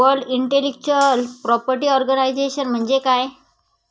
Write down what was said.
World intellectual property organisation म्हणजे काय?